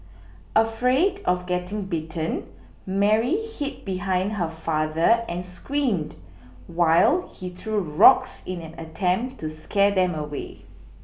afraid of getting bitten Mary hid behind her father and screamed while he threw rocks in an attempt to scare them away